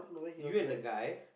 you and the guy